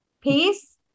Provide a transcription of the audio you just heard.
peace